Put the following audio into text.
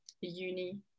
uni